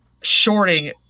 shorting